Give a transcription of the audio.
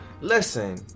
Listen